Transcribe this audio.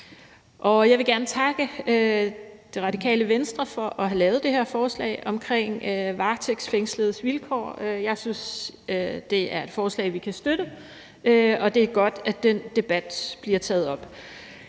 Jeg vil gerne takke Radikale Venstre for at have lavet det her forslag omkring varetægtsfængsledes vilkår. Jeg synes, at det er et forslag, vi kan støtte, og det er godt, at den debat bliver taget op.